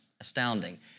astounding